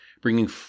bringing